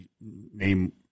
name